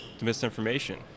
misinformation